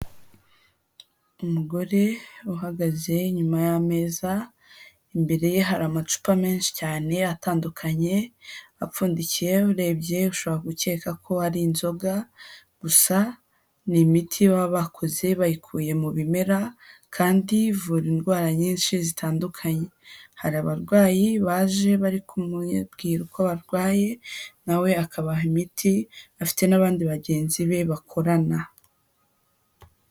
Umugore uhagaze nyuma y'ameza, imbere ye hari amacupa menshi cyane atandukanye apfundikiye, urebye ushobora gukeka ko ari inzoga gusa ni imiti baba bakoze bayikuye mu bimera kandi ivura indwara nyinshi zitandukanye. Hari abarwayi baje bari kumubwira uko barwaye na we akabaha imiti, afite n'abandi bagenzi be bakorana.